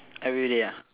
every day ah